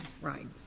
right